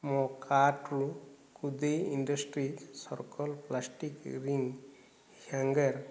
ମୋ କାର୍ଟ୍ରୁ କୁବେ industry circle plastic ring hanger